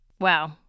Wow